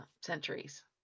centuries